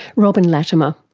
robyn lattimer.